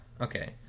Okay